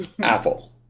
Apple